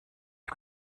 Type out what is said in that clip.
den